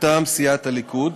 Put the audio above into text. מטעם סיעת הליכוד,